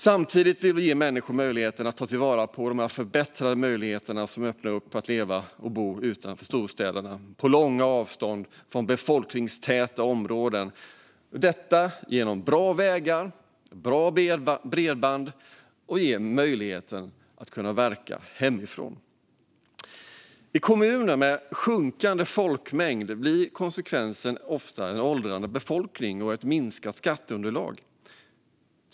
Samtidigt vill vi ge människor möjlighet att ta vara på de förbättrade möjligheter som öppnar sig för att leva och bo utanför storstäderna och på långa avstånd från befolkningstäta områden. Genom bra vägar och bra bredband ges möjligheter att verka hemifrån. I kommuner med sjunkande folkmängd blir konsekvensen ofta en åldrande befolkning och ett minskat skatteunderlag.